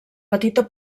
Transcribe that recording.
petita